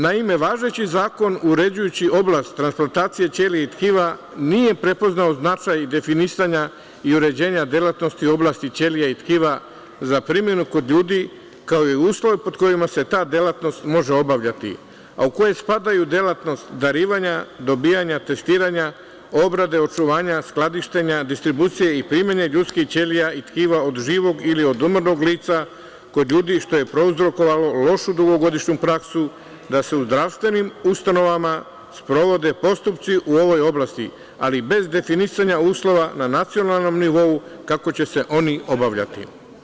Naime, važeći zakon uređujući ovu oblast transplantacije ćelija i tkiva nije prepoznao značaj definisanja i uređenja delatnosti u oblasti ćelija i tkiva za primenu kod ljudi, kao i uslove pod kojima se ta delatnost može obavljati, a u koje spadaju delatnost darivanja, dobijanja, testiranja, obrade, očuvanja, skladištenja, distribucije i primene ljudskih ćelija i tkiva od živog ili od umrlog lica kod ljudi, što je prouzrokovalo lošu dugogodišnju praksu da se u zdravstvenim ustanovama sprovode postupci u ovoj oblasti, ali bez definisanja uslova na nacionalnom nivou, kako će se oni obavljati.